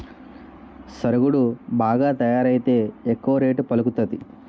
సరుగుడు బాగా తయారైతే ఎక్కువ రేటు పలుకుతాది